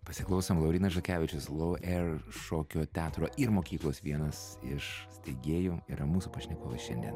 pasiklausom laurynas žakevičius lau eir šokio teatro ir mokyklos vienas iš steigėjų yra mūsų pašnekovas šiandien